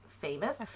famous